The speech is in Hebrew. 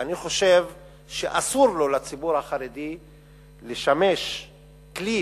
ואני חושב שאסור לו לציבור החרדי לשמש כלי